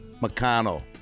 McConnell